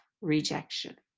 rejection